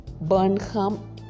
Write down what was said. Burnham